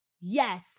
yes